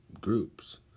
Groups